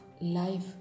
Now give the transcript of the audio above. life